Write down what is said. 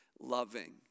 loving